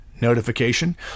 notification